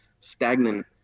stagnant